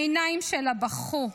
העיניים שלה בכו.